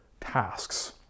tasks